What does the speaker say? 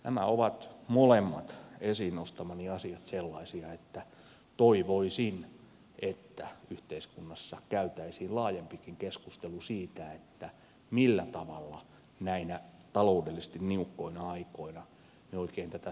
nämä molemmat esiin nostamani asiat ovat sellaisia että toivoisin että yhteiskunnassa käytäisiin laajempikin keskustelu siitä millä tavalla näinä taloudellisesti niukkoina aikoina me oikein tätä sosiaalipolitiikkaa teemme